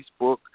Facebook